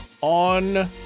on